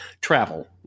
travel